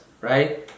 right